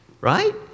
right